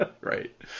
right